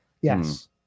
Yes